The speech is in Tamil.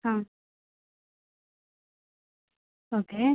ஆ ஓகே